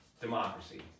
democracy